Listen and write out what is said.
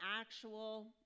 actual